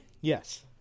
Yes